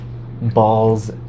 balls